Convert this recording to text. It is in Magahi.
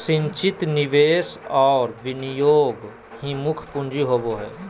संचित निवेश और विनियोग ही मुख्य पूँजी होबो हइ